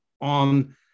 on